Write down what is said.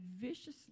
viciously